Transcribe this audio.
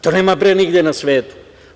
To nema nigde na svetu.